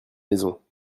maisons